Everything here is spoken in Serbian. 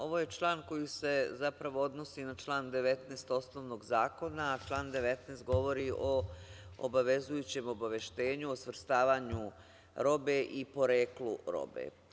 Ovo je član koji se zapravo odnosi na član 19. osnovnog zakona, a član 19. govori o obavezujućem obaveštenju, o svrstavanju robe i poreklu robe.